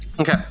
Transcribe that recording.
okay